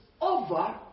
over